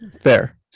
Fair